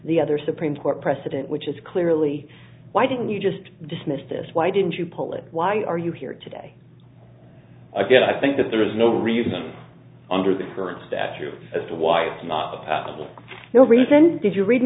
the other supreme court precedent which is clearly why didn't you just dismiss this why didn't you pull it why are you here today again i think that there is no reason under the current statute as to why not no reason did you read